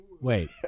Wait